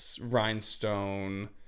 rhinestone